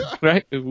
right